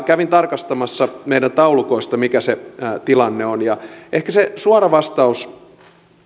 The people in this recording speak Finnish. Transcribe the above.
kävin tarkastamassa meidän taulukoistamme mikä se tilanne on ja ehkä se suora vastaus